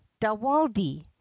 Dawaldi